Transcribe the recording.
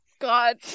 God